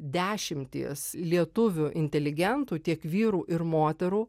dešimtys lietuvių inteligentų tiek vyrų ir moterų